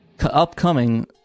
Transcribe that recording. Upcoming